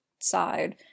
side